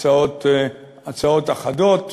הצעות אחדות.